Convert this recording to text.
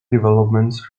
developments